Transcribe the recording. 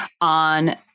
on